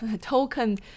token